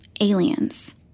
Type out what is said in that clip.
aliens